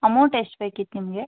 amount ಎಷ್ಟು ಬೇಕಿತ್ತು ನಿಮಗೆ